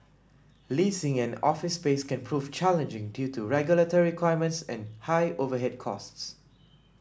leasing an office space can prove challenging due to regulatory requirements and high overhead costs